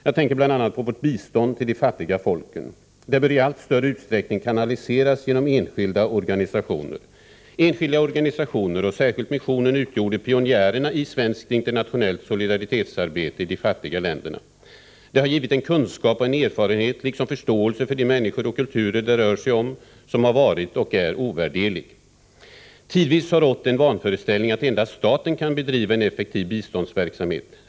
Jag tänker bl.a. på vårt bistånd till de fattiga folken. Det bör i allt större utsträckning kanaliseras genom enskilda organisationer. Enskilda organisationer, och särskilt missionen, utgjorde pionjärerna i svenskt internationellt solidaritetsarbete i de fattiga länderna. Det har givit en kunskap och en erfarenhet liksom förståelse för de människor och kulturer det rör sig om som har varit och är ovärderlig. Tidvis har rått en vanföreställning att endast staten kan bedriva en effektiv biståndsverksamhet.